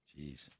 Jeez